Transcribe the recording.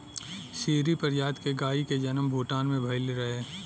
सीरी प्रजाति के गाई के जनम भूटान में भइल रहे